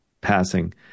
passing